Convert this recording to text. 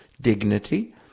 dignity